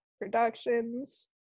productions